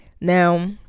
Now